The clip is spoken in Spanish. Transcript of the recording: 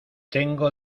tengo